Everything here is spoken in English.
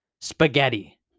Spaghetti